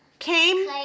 Came